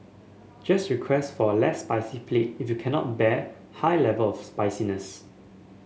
just request for a less spicy plate if you cannot bear high level of spiciness